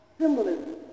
symbolism